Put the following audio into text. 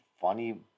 funny